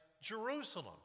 Jerusalem